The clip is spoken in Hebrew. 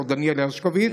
הפרופ' דניאל הרשקוביץ.